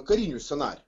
karinių scenarijų